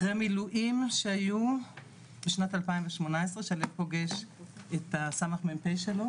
אחרי מילואים שהיו בשנת 2018 שליו פוגש את הס.מ"פ שלו